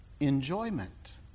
Enjoyment